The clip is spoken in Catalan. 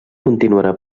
continuarà